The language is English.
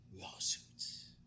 Lawsuits